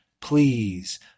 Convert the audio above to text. please